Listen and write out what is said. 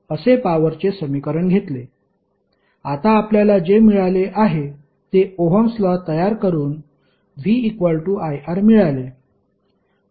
आता आपल्याला जे मिळाले आहे ते ओहम्स लॉ तयार करून v iR मिळाले